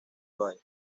bay